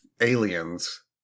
aliens